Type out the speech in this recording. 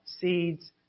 seeds